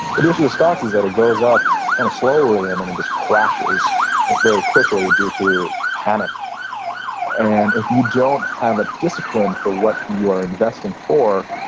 but the issue with stocks is that it goes up kind of slowly and then it just crashes very quickly due to panic and if you don't have a discipline for what you are investing for,